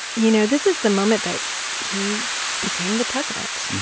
you know this is the moment that he became the president.